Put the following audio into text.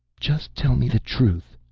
just tell me the truth,